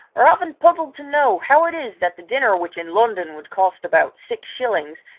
are often puzzled to know how it is that the dinner which in london would cost about six shillings,